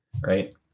right